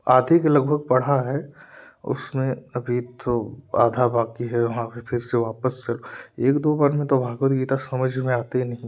आधे के लगभग पढ़ा है उसमें अभी तो आधा बाकि है वहाँ भी फिर से वापस से एक दो बार में तो भगवद गीता समझ में आती नहीं है का